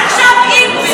עד כאן.